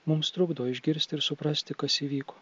mums trukdo išgirsti ir suprasti kas įvyko